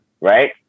Right